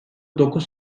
dokuz